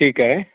ठीक आहे